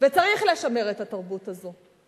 צריך לשמר את התרבות הזאת,